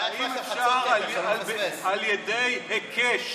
האם אפשר על ידי היקש